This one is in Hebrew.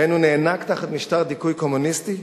שבהן הוא נאנק תחת משטר דיכוי קומוניסטי,